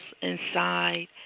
inside